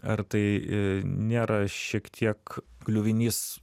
ar tai nėra šiek tiek kliuvinys